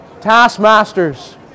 taskmasters